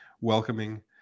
welcoming